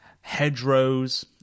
Hedgerows